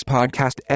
Podcast